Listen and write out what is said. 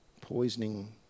poisoning